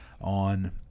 on